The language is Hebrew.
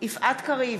יפעת קריב,